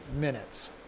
minutes